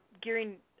gearing